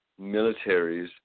militaries